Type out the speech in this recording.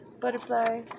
Butterfly